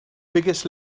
biggest